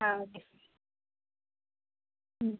ஆ okay sir ம்